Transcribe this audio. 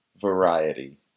variety